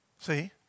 See